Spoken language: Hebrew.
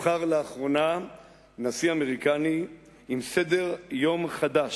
נבחר לאחרונה נשיא אמריקני עם סדר-יום חדש,